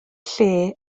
lle